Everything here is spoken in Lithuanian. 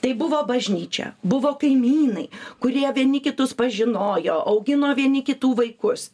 tai buvo bažnyčia buvo kaimynai kurie vieni kitus pažinojo augino vieni kitų vaikus